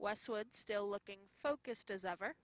westwood still looking focused as ever